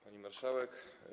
Pani Marszałek!